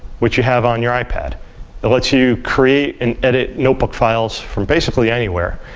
which you have on your ipad. it lets you create and edit notebook files from basically anywhere.